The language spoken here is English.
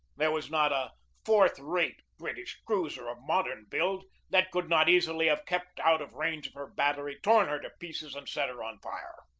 there was not a fourth-rate british cruiser of modern build that could not easily have kept out of range of her battery, torn her to pieces, and set her on fire.